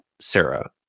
Sarah